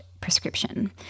prescription